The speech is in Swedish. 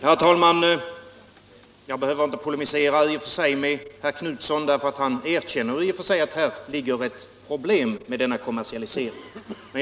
Herr talman! Jag behöver i och för sig inte polemisera med herr Knutson, därför att han på sitt sätt erkänner att denna kommersialisering är ett problem.